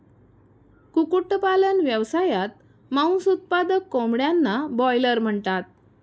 कुक्कुटपालन व्यवसायात, मांस उत्पादक कोंबड्यांना ब्रॉयलर म्हणतात